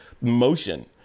motion